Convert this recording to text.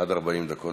עד 40 דקות